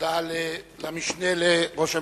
תודה למשנה לראש הממשלה,